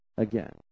again